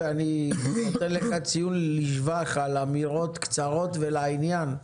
ואני נותן לך ציון לשבח על אמירות קצרות ולעניין.